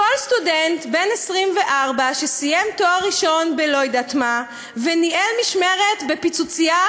כל סטודנט בן 24 שסיים תואר ראשון בלא-יודעת-מה וניהל משמרת בפיצוצייה,